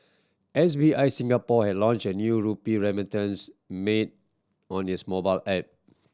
S B I Singapore has launched a new rupee remittance made on its mobile app